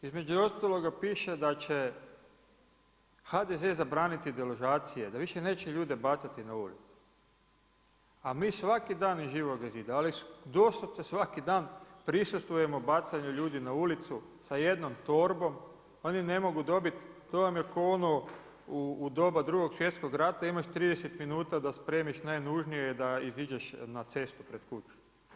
Između ostaloga piše da će HDZ zabraniti deložacije, da više neće ljude bacati na ulicu, a mi svaki dan iz Živoga zida, ali doslovce svaki dan, prisustvujemo bacanju ljudi na ulicu sa jednom torbom, oni ne mogu dobiti, to vam je kao ono u dobra Drugog svjetskog rata, imaš 30 minuta da spremiš najnužnije, da iziđeš na cestu pred kuću.